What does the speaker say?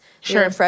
Sure